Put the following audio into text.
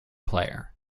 player